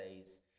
says